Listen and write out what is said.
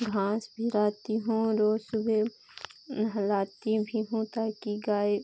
घाँस भी लाती हूँ रोज़ सुबह नहलाती भी हूँ ताकि गाय